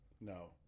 No